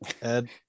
Ed